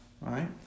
right